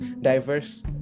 diverse